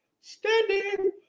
standing